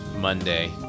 Monday